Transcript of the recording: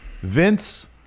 Vince